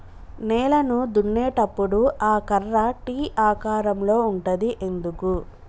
నేలను దున్నేటప్పుడు ఆ కర్ర టీ ఆకారం లో ఉంటది ఎందుకు?